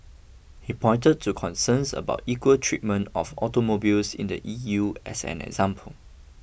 he pointed to concerns about equal treatment of automobiles in the E U as an example